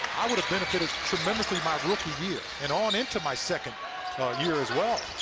i would have benefited tremendously my rookie year and on into my second year as well.